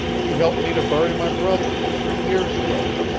he helped me to bury my brother, three years ago.